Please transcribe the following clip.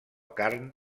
carn